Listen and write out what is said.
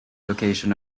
location